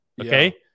Okay